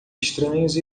estranhos